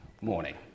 morning